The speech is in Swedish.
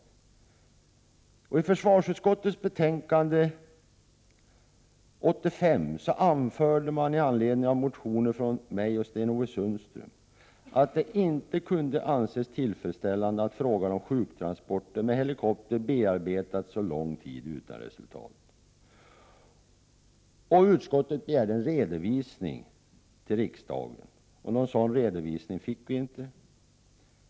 I ett av försvarsutskottets betänkanden från 1985 anförde man i anledning av motioner från mig och Sten-Ove Sundström att det inte kunde anses som tillfredsställande att frågan om sjuktransporter med helikopter under så lång tid bearbetats utan resultat. Utskottet begärde en redovisning för riksdagen, men någon sådan redovisning gavs inte.